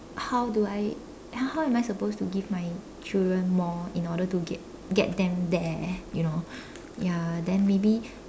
how do I how how am I supposed to give my children more in order to get get them there you know ya then maybe